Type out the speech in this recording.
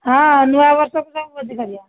ହଁ ନୂଆବର୍ଷ ପୂର୍ବରୁ ଭୋଜି କରିବା